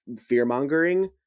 fear-mongering